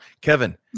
Kevin